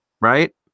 Right